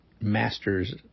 masters